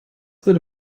würde